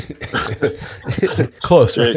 Close